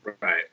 Right